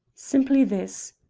simply this,